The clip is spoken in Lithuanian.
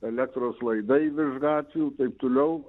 elektros laidai virš gatvių ir taip toliau